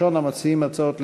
ראשון המציעים הצעות לסדר-היום.